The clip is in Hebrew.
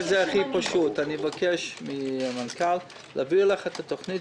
אבקש מהמנכ"ל להעביר לך את התוכנית,